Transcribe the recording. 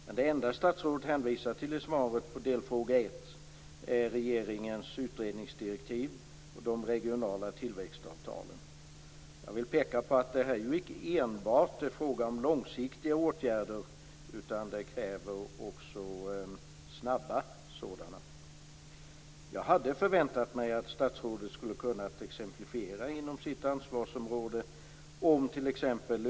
Men det enda statsrådet hänvisar till i svaret på delfråga ett är regeringens utredningsdirektiv och de regionala tillväxtavtalen. Jag vill peka på att det här ju icke enbart är fråga om långsiktiga åtgärder, utan det krävs också snabba sådana. Jag hade förväntat mig att statsrådet skulle ha kunnat exemplifiera inom sitt ansvarsområde om t.ex.